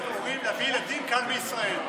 להיות הורה ולהביא ילדים כאן בישראל.